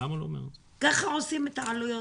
ככה עושים את העלויות.